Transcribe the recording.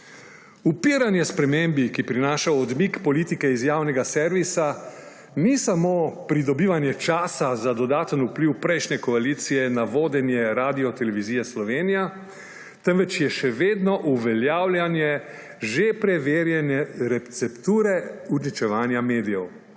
Upiranje spremembi, ki prinaša odmik politike iz javnega servisa, ni samo pridobivanje časa za dodaten vpliv prejšnje koalicije na vodenje Radiotelevizije Slovenija, temveč je še vedno uveljavljanje že preverjene recepture uničevanja medijev.